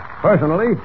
Personally